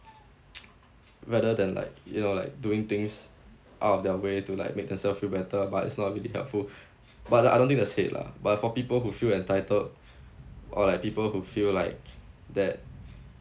rather than like you know like doing things out of their way to like make themself feel better but it's not really helpful but I don't think that's hate lah but for people who feel entitled or like people who feel like that